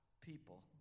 people